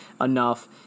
enough